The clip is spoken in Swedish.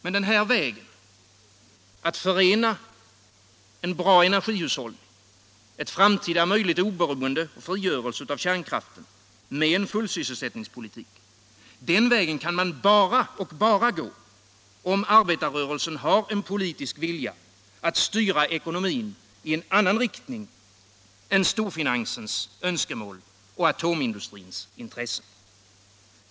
Men den här vägen att förena en bra energihushållning, ett framtida oberoende av och frigörelse från kärnkraften med en fullsysselsättningspolitik kan man bara gå om arbetarrörelsen har en politisk vilja att styra ekonomin i annan riktning än storfinansens önskemål och atomindustrins intressen.